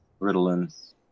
Ritalin